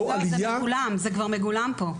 אבל זה מגולם, זה כבר מגולם פה.